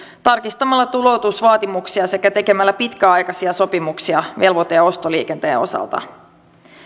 tarkistamalla tuloutusvaatimuksia sekä tekemällä pitkäaikaisia sopimuksia velvoite ja ostoliikenteen osalta